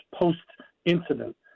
post-incident